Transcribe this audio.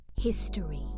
history